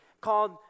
called